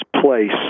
place